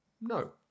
No